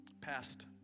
past